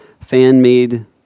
Fan-made